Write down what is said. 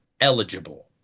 eligible